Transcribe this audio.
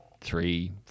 three